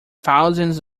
thousands